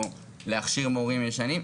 או להכשיר מורים ישנים.